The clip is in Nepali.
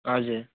हजुर